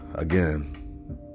Again